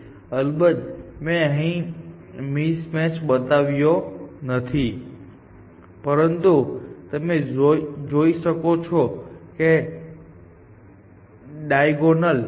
અલબત્ત મેં અહીં મિસમેચ બતાવ્યો નથી પરંતુ તમે જોઈ શકો છો કે ડાઈગોનલ થવાનું કારણ કાં તો 0 અથવા 1 હશે જે બે કેરેક્ટર પર તમે આગળ વધી રહ્યા છો તે સમાન છે કે અલગ તેના પર આધાર રાખે છે